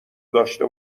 داشته